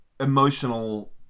emotional